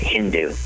Hindu